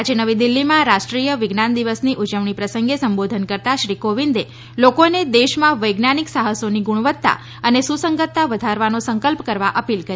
આજે નવી દિલ્હી માં રાષ્ટ્રીય વિજ્ઞાન દિવસની ઉજવણી પ્રસંગે સંબોધન કરતાં શ્રી કોવિંદે લોકોને દેશમાં વૈજ્ઞાનિક સાહસોની ગુણવત્તા અને સુસંગતાના વધારવાનો સંકલ્પ કરવા અપીલ કરી